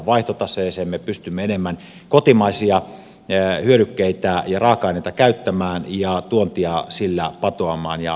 me pystymme enemmän kotimaisia hyödykkeitä ja raaka aineita käyttämään ja tuontia sillä patoamaan ja pienentämään